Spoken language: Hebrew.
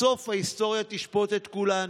בסוף ההיסטוריה תשפוט את כולנו,